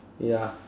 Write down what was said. ya